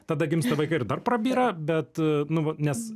tada gimsta vaikai ir dar pabyra bet nu va nes